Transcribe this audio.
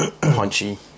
punchy